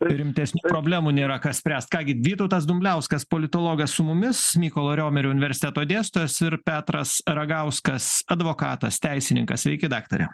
rimtesnių problemų nėra ką spręst ką gi vytautas dumbliauskas politologas su mumis mykolo riomerio universiteto dėstytojas ir petras ragauskas advokatas teisininkas sveiki daktare